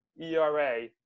era